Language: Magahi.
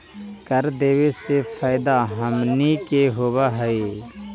कर देबे से फैदा हमनीय के होब हई